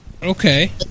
Okay